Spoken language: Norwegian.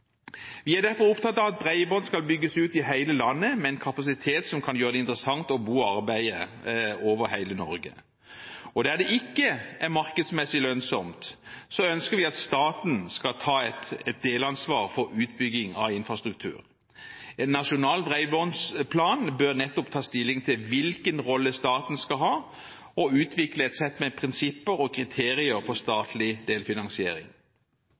Vi er derfor opptatt av at bredbånd skal bygges ut i hele landet, med en kapasitet som kan gjøre det interessant å bo og arbeide i hele Norge. Der det ikke er markedsmessig lønnsomt, ønsker vi at staten skal ta et delansvar for utbygging av infrastrukturen. En nasjonal bredbåndsplan bør nettopp ta stilling til hvilken rolle staten skal ha og utvikle et sett med prinsipper og kriterier for statlig delfinansiering.